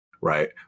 right